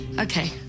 Okay